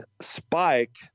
spike –